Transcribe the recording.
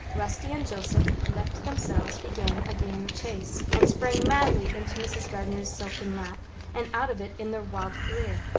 rusty and joseph, left to themselves, began a game of chase, and sprang madly into mrs. gardner's silken lap and out of it in their wild career.